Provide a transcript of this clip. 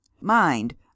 Mind